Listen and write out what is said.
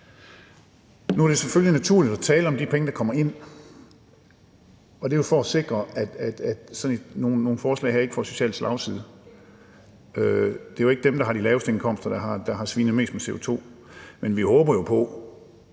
Nu er det selvfølgelig naturligt at tale om de penge, der kommer ind, og det er jo for at sikre, at sådan nogle forslag her ikke får en social slagside. Det er jo ikke dem, der har de laveste indkomster, som har svinet mest med CO2. Men meningen er